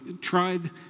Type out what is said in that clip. tried